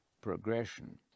progression